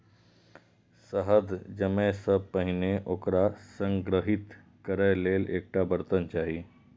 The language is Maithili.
शहद जमै सं पहिने ओकरा संग्रहीत करै लेल एकटा बर्तन चाही